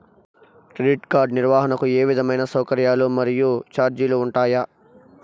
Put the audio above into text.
Credit card నిర్వహణకు ఏ విధమైన సౌకర్యాలు మరియు చార్జీలు ఉంటాయా?